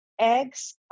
eggs